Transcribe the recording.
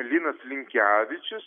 linas linkevičius